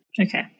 Okay